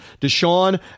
Deshaun